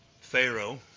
Pharaoh